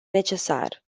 necesar